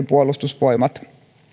puolustusvoimat